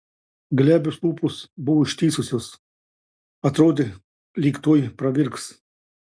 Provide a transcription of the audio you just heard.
glebios lūpos buvo ištįsusios atrodė lyg tuoj pravirks